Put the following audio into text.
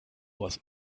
was